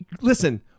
listen